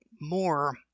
more